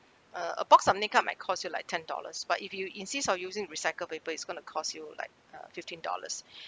uh a box of makeup might cause you like ten dollars but if you insist on using recycled paper it's going to cost you like uh fifteen dollars